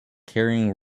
carrying